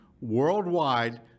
worldwide